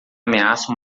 ameaça